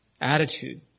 attitude